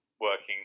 working